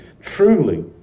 Truly